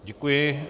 Děkuji.